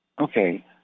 Okay